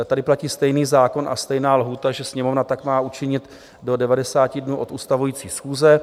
Tady platí stejný zákon a stejná lhůta, že Sněmovna tak má učinit do 90 dnů od ustavující schůze.